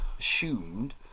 assumed